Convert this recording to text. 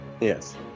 Yes